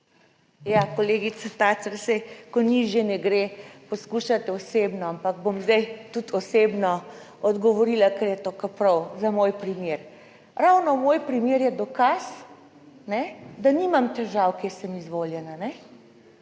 Ja, kolegica Tacer, saj, ko nižje ne gre, poskušate osebno, ampak bom zdaj tudi osebno odgovorila, ker je tako prav, za moj primer. Ravno moj primer je dokaz, da nimam težav, kje sem izvoljena,